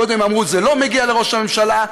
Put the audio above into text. קודם אמרו: זה לא מגיע לראש הממשלה,